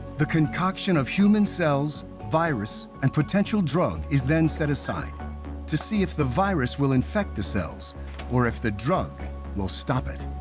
the concoction of human cells, virus, and potential drug is then set aside to see if the virus will infect the cells or if the drug will stop it.